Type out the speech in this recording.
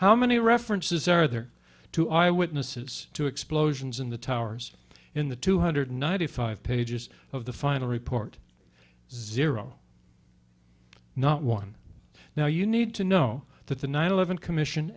how many references are there to eyewitnesses to explosions in the towers in the two hundred ninety five pages of the final report zero not one now you need to know that the nine eleven commission